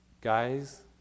Guys